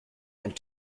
and